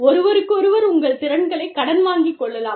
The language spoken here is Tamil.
ஒருவருக்கொருவர் உங்கள் திறன்களைக் கடன் வாங்கி கொள்ளலாம்